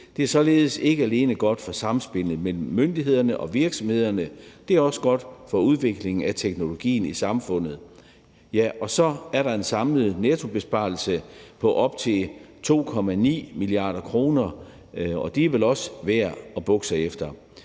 Det er således ikke alene godt for samspillet mellem myndighederne og virksomhederne, det er også godt for udviklingen af teknologien i samfundet. Ja, og så er der en samlet nettobesparelse på op til 2,9 mia. kr., og det er vel også værd at bukke sig efter.